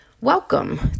welcome